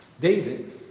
David